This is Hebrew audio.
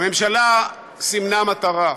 הממשלה סימנה מטרה,